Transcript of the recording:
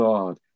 God